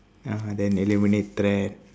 ya then eliminate threats